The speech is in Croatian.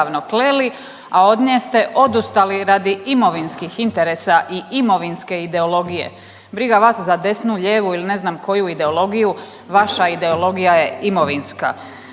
a od nje ste odustali radi imovinskih interesa i imovinske ideologije. Briga vas za desnu, lijevu ili ne znam koju ideologiju, vaša ideologija je imovinska.